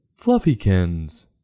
Fluffykins